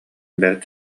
бэрт